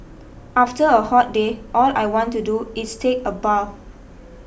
after a hot day all I want to do is take a bath